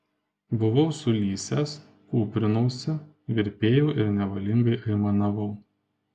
buvau sulysęs kūprinausi virpėjau ir nevalingai aimanavau